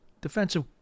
defensive